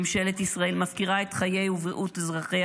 ממשלת ישראל מפקירה את חיי אזרחיה ובריאותם,